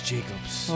Jacobs